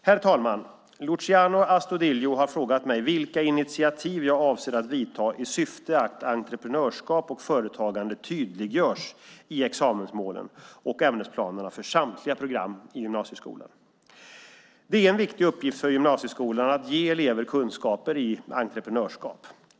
Herr talman! Luciano Astudillo har frågat mig vilka initiativ jag avser att vidta i syfte att entreprenörskap och företagande tydliggörs i examensmålen och ämnesplanerna för samtliga program i gymnasieskolan. Det är en viktig uppgift för gymnasieskolan att ge elever kunskaper i entreprenörskap.